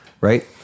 right